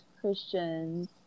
Christians